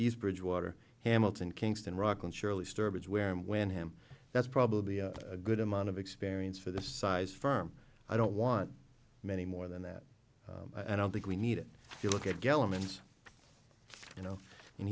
air bridgewater hamilton kingston rockland surely stourbridge where and when him that's probably a good amount of experience for the size firm i don't want many more than that i don't think we need to look at gellman's you know and